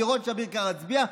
לראות שאביר קארה יצביע,